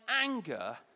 anger